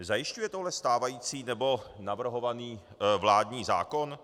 Zajišťuje to ale stávající nebo navrhovaný vládní zákon?